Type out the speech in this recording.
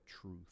truth